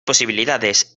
posibilidades